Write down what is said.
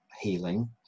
healing